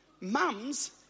Mums